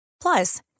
Plus